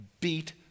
beat